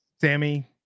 sammy